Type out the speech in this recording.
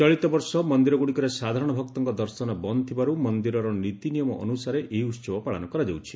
ଚଳିତବର୍ଷ ମନ୍ଦିରଗ୍ରଡ଼ିକରେ ସାଧାରଶ ଭକ୍ତଙ୍କ ଦର୍ଶନ ବନ୍ଦ ଥିବାରୁ ମନ୍ଦିରର ନୀତି ନିୟମ ଅନୁସାରେ ଏହି ଉସବ ପାଳନ କରାଯାଉଛି